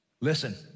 Listen